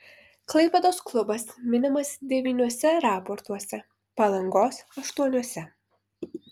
klaipėdos klubas minimas devyniuose raportuose palangos aštuoniuose